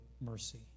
mercy